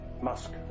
musk